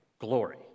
glory